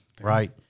Right